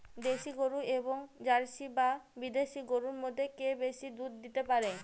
দেশী গরু এবং জার্সি বা বিদেশি গরু মধ্যে কে বেশি দুধ দিতে পারে?